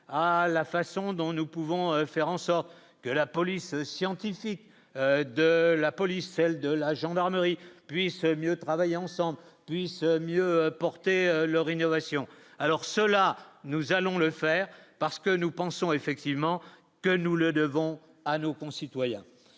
à la façon dont nous pouvons faire en sorte que la police scientifique de la police, celle de la gendarmerie puissent mieux travailler ensemble, mieux porter leur innovation, alors cela nous allons le faire parce que nous pensons effectivement que nous le devons à nos concitoyens,